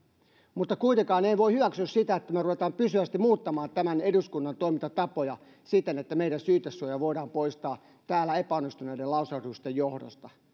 mutta kuitenkaan en voi hyväksyä sitä että me rupeamme pysyvästi muuttamaan tämän eduskunnan toimintatapoja siten että meidän syytesuojamme voidaan poistaa täällä epäonnistuneiden lausahdusten johdosta